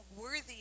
worthy